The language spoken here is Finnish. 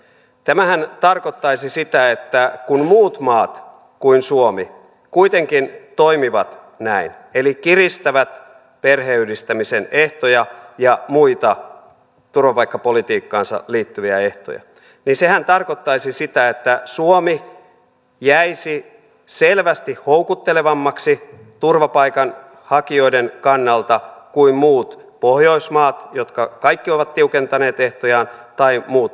tämähän tarkoittaisi sitä että kun muut maat kuin suomi kuitenkin toimivat näin eli kiristävät perheenyhdistämisen ehtoja ja muita turvapaikkapolitiikkaansa liittyviä ehtoja niin suomi jäisi selvästi houkuttelevammaksi turvapaikanhakijoiden kannalta kuin muut pohjoismaat jotka kaikki ovat tiukentaneet ehtojaan tai muut euroopan maat